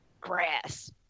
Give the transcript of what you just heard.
Grass